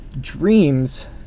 dreams